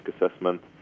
assessment